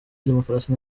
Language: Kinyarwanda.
demokarasi